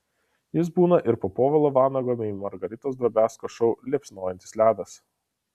jis būna ir po povilo vanago bei margaritos drobiazko šou liepsnojantis ledas